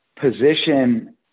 position